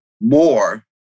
more